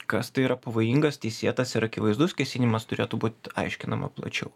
kas tai yra pavojingas teisėtas ir akivaizdus kesinimas turėtų būt aiškinama plačiau